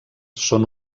són